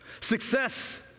Success